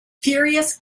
furious